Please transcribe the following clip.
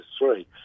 three